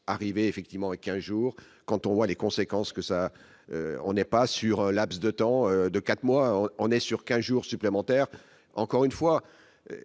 arriver effectivement qu'un jour, quand on voit les conséquences que ça, on n'est pas sur un laps de temps, de 4 mois, on est sûr qu'un jour supplémentaire, encore une fois,